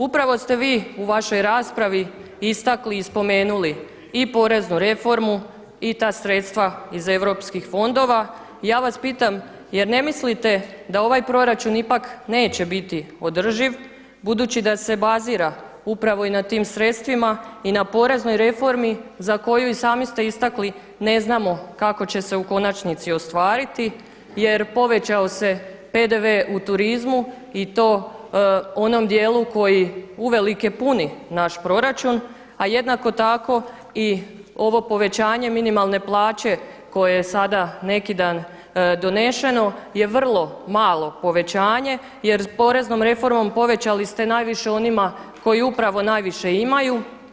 Upravo ste vi u vašoj raspravi istakli i spomenuli i poreznu reformu i ta sredstva iz europskih fondova i ja vas pitam, jel ne mislite da ovaj proračun ipak neće biti održiv budući da se bazira upravo na tim sredstvima i na poreznoj reformi za koju i sami ste istakli, ne znamo kako će se u konačnici ostvariti jer povećao se PDV u turizmu i to onom dijelu koji uvelike puni naš proračun, a jednako tako i ovo povećanje minimalne plaće koje je sada neki dan donešeno je vrlo malo povećanje jer s poreznom reformom povećali ste najviše onima koji upravo najviše imaju.